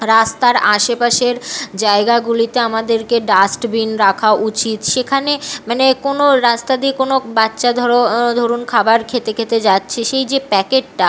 রাস্তার আশেপাশের জায়গাগুলিতে আমাদের ডাস্টবিন রাখা উচিত সেখানে মানে কোনো রাস্তা দিয়ে কোনো বাচ্চা ধরো ধরুন খাবার খেতে খেতে যাচ্ছে সেই যে প্যাকেটটা